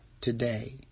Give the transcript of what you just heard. today